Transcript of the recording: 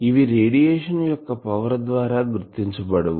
ఇవి రేడియేషన్ యొక్క పవర్ ద్వారా గుర్తించబడవు